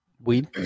Weed